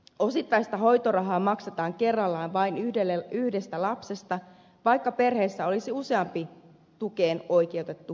osittaista hoitorahaa maksetaan kerrallaan vain yhdestä lapsesta vaikka perheessä olisi useampi tukeen oikeutettu lapsi